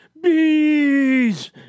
Bees